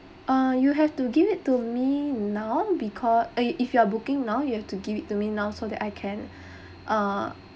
uh you have to give it to me now because if if you are booking now you have to give it to me now so that I can uh